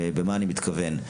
ואני אומר לך למה אני מתכוון,